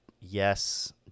yes